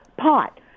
pot